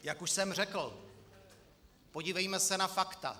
Jak už jsem řekl, podívejme se na fakta.